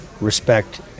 respect